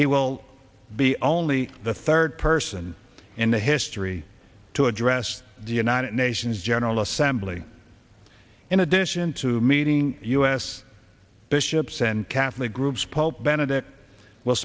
he will be only the third person in the history to address the united nations general assembly in addition to meeting u s bishops and catholic groups